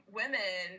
women